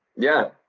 yeah.